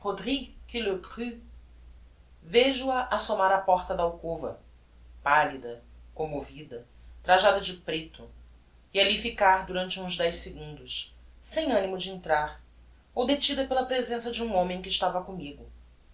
cru vejo a assomar á porta da alcova pallida commovida trajada de preto e alli ficar durante uns dez segundos sem animo de entrar ou detida pela presença de um homem que estava commigo